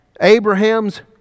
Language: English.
Abraham's